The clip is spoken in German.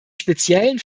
speziellen